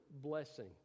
blessing